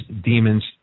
demons